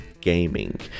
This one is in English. gaming